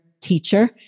teacher